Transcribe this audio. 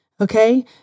okay